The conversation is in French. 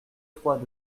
trois